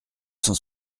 cent